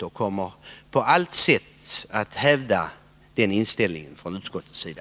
Och jag kommer på alla sätt att Intrång i Stora hävda denna inställning från utskottets sida.